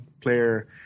player